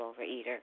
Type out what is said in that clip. overeater